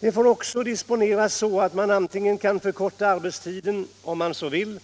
Föräldraledigheten får disponeras så att man antingen kan förkorta arbetstiden, om man så vill,